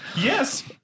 Yes